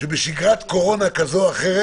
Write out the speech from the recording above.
בשגרת קורונה כזו או אחרת